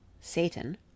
Satan